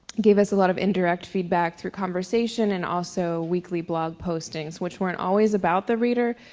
gave us a lot of indirect feedback through conversation and also weekly blog postings. which weren't always about the reader,